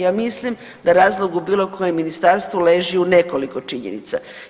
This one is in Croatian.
Ja mislim da razlog u bilo kojem ministarstvu leži u nekoliko činjenica.